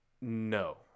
No